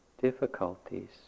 difficulties